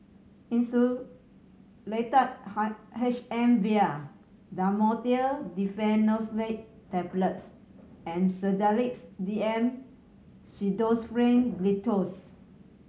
Insulatard H M vial Dhamotil Diphenoxylate Tablets and Sedilix D M Pseudoephrine Linctus